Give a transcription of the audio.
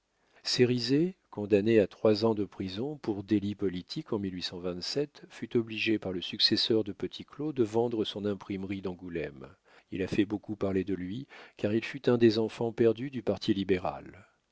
poitiers cérizet condamné à trois ans de prison pour délits politiques en fut obligé par le successeur de petit claud de vendre son imprimerie d'angoulême il a fait beaucoup parler de lui car il fut un des enfants perdus du parti libéral